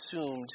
assumed